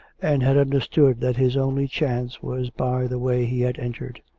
and had understood that his only chance was by the way he had entered.